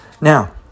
Now